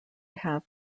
have